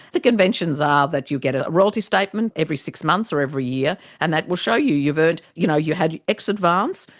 the conventions are that you get a royalty statement every six months or every year and that will show you you've and you know had x advance,